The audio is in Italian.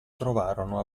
trovarono